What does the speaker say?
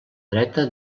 dreta